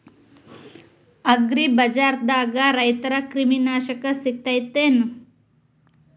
ಅಗ್ರಿಬಜಾರ್ದಾಗ ರೈತರ ಕ್ರಿಮಿ ನಾಶಕ ಸಿಗತೇತಿ ಏನ್?